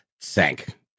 sank